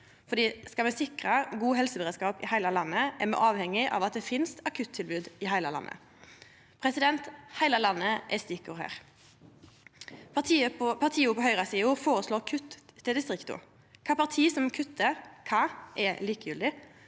for skal me sikra god helseberedskap i heile landet, er me avhengige av at det finst akuttilbod i heile landet. «Heile landet» er stikkord her. Partia på høgresida føreslår kutt til distrikta. Kva parti som kuttar kva, er likegyldig,